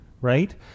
right